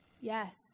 yes